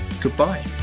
goodbye